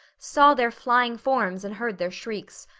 saw their flying forms and heard their shrieks.